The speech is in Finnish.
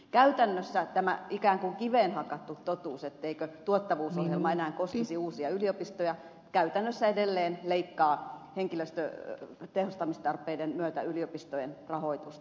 käytännössä tämä ikään kuin kiveen hakattu totuus ettei tuottavuusohjelma muka enää koskisi uusia yliopistoja edelleen leikkaa henkilöstön tehostamistarpeiden myötä yliopistojen rahoitusta